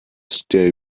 stale